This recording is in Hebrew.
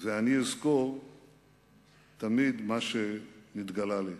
ואני אזכור תמיד מה שנתגלה לי.